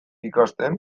ikasten